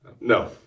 No